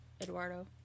Eduardo